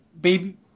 baby